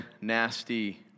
nasty